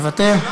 מוותר.